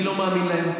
אני לא מאמין להם.